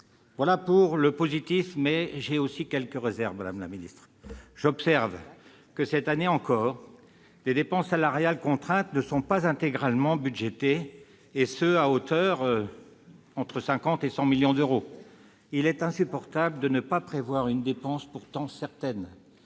Voilà pour le positif. Mais j'ai aussi quelques réserves, madame la ministre. J'observe, cette année encore, que les dépenses salariales contraintes ne sont pas intégralement budgétées, et ce dans une fourchette allant de 50 millions à 100 millions d'euros. Il est insupportable de ne pas prévoir une dépense pourtant certaine.